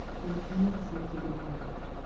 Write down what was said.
magnificent to behold,